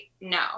no